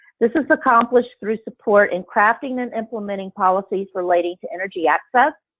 this is accomplished through support in crafting and implementing policies related to energy access,